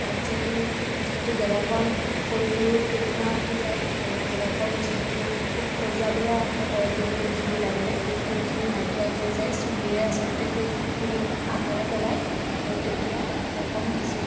তাত যিটো যিহেতু জেগাকণ সৰু সৰু টেমুনা উঠি যায় আৰু জেগাকণ যিহেতু খুব খজুৱাবলৈ আৰম্ভ কৰে সেই শুংখিনি লাগিলে সেই শুংখিনি নাইকিয়া হৈ যায় চুলিৰে আচলতে সেই শুংখিনি আঁতৰাই পেলায় আৰু তেতিয়া উপশম কিছু